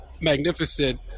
magnificent